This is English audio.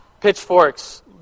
Pitchforks